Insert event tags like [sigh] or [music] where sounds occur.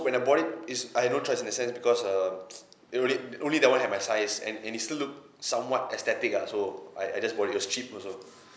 when I bought it is I had no choice in that sense because err [noise] it only only that one had my size and and it still look somewhat aesthetic ah so I I just bought it was cheap also